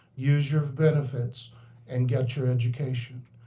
use your benefits and get your education.